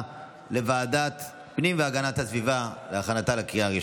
לוועדת הפנים והגנת הסביבה נתקבלה.